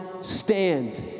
stand